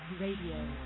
Radio